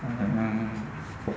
mm mm mm